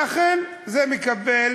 ואכן, זה מתקבל